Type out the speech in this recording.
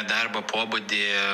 darbo pobūdį